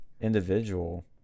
individual